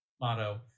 motto